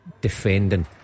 defending